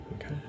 Okay